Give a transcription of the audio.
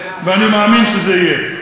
ואני מאמין שזה יהיה.